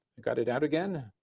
got it out again